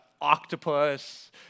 octopus